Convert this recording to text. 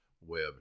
web